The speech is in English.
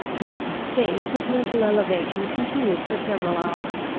this state of mental elevation continued for several hours,